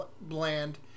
bland